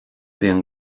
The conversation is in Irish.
bíonn